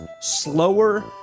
slower